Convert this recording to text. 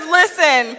listen